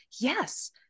Yes